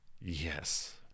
Yes